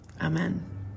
Amen